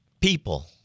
people